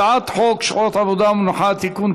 הצעת חוק שעות עבודה ומנוחה (תיקון,